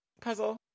puzzle